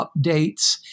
updates